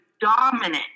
dominant